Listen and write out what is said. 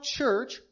Church